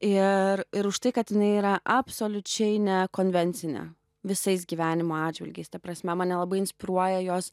ir ir už tai kad jinai yra absoliučiai ne konvencinė visais gyvenimo atžvilgiais ta prasme mane labai inspiruoja jos